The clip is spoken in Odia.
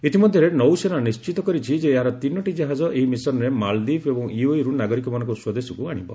ଇତିମଧ୍ୟରେ ନୌସେନା ନିଶ୍ଚିତ କରିଛି ଯେ ଏହାର ତିନିଟି ଜାହାଜ ଏହି ମିଶନରେ ମାଳଦ୍ୱୀପ ଏବଂ ୟୁଏଇର୍ ନାଗରିକମାନଙ୍କୁ ସ୍ପଦେଶକୁ ଆଶିବ